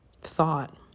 thought